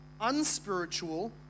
unspiritual